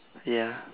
ya